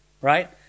right